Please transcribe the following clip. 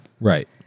Right